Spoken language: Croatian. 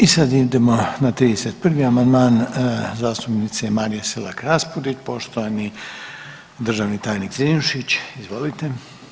I sad idemo na 31. amandman zastupnice Marije Selak Raspudić, poštovani državni tajnik Zrinušić, izvolite.